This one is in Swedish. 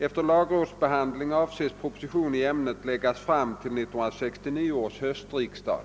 Efter lagrådsbehandlingen avses proposition i ämnet läggas fram för 1969 års höstriksdag.